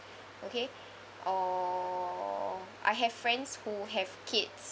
okay or I have friends who have kids